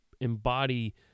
embody